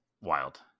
wild